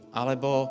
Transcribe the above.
alebo